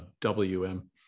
WM